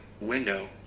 window